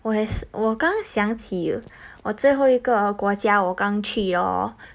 whereas 我刚刚想起我最后一个国家我刚去 orh